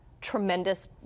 tremendous